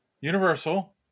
Universal